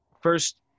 first